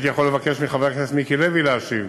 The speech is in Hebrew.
הייתי יכול לבקש מחבר הכנסת מיקי לוי להשיב,